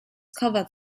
cover